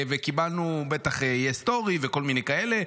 וקיבלנו, בטח יהיה סטורי וכל מיני כאלה.